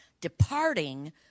departing